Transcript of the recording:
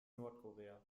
nordkorea